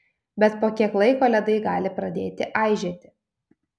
bet po kiek laiko ledai gali pradėti aižėti